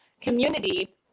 community